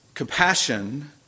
Compassion